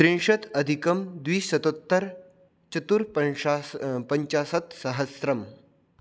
त्रिंशत् अधिकं द्विशतोत्तर् चतुर्पंशास् पञ्चाशत्सहस्रम्